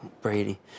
Brady